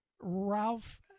Ralph